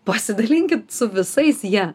pasidalinkit su visais ja